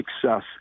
success